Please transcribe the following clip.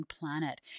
planet